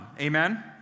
Amen